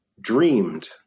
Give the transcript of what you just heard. dreamed